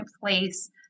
place